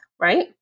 right